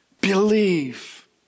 believe